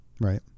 right